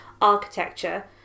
architecture